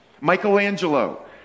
Michelangelo